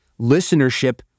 listenership